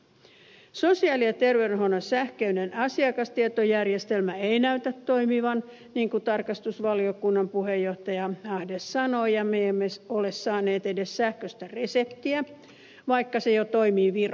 sosiaali ja terveydenhuollon sähköinen asiakastietojärjestelmä ei näytä toimivan niin kuin tarkastusvaliokunnan puheenjohtaja ahde sanoi ja me emme ole saaneet edes sähköistä reseptiä vaikka se jo toimii virossa